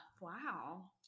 Wow